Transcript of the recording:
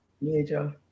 major